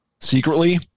secretly